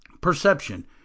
perception